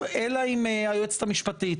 אתם יודעים שיש במשטרה מצוקת כוח אדם.